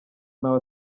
nawe